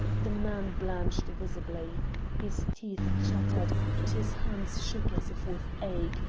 the man blanched visibly his teeth chattered, and his hands shook as if with ague,